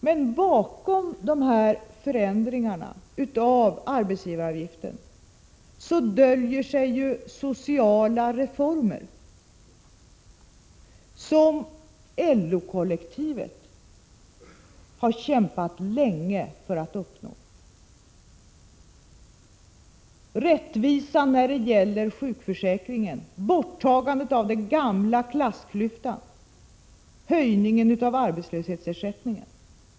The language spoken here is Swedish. Men bakom dessa förändringar av arbetsgivaravgiften döljer sig sociala reformer, som LO-kollektivet har kämpat länge för att uppnå: rättvisa när det gäller sjukförsäkringen, borttagande av den gamla klassklyftan, och höjning av arbetslöshetsersättningen.